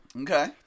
Okay